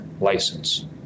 license